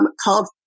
called